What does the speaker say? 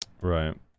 Right